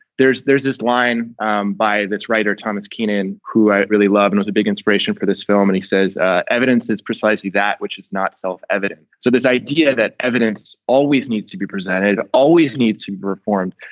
there's there's this line um by this writer, thomas, in who i really love. and it's a big inspiration for this film. and he says ah evidence is precisely that, which is not self evident. so this idea that evidence always needs to be presented, always needs to be reformed,